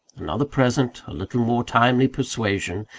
another present, a little more timely persuasion,